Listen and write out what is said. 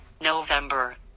November